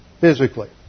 physically